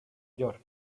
york